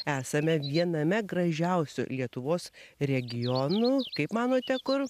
esame viename gražiausių lietuvos regionų kaip manote kur